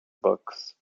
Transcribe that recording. books